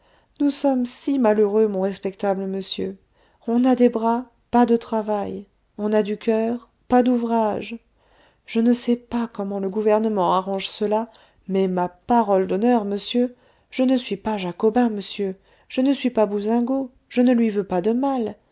nous sommes si malheureux mon respectable monsieur on a des bras pas de travail on a du coeur pas d'ouvrage je ne sais pas comment le gouvernement arrange cela mais ma parole d'honneur monsieur je ne suis pas jacobin monsieur je ne suis pas bousingot je ne lui veux pas de mal